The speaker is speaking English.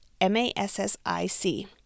M-A-S-S-I-C